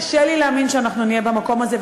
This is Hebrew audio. קשה לי להאמין שנהיה במקום הזה.